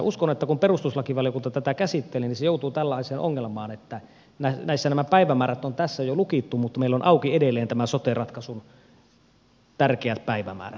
uskon että kun perustuslakivaliokunta tätä käsitteli se joutui tällaiseen ongelmaan että näissä nämä päivämäärät on jo lukittu mutta meillä on auki edelleen nämä sote ratkaisun tärkeät päivämäärät